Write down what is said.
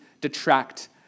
detract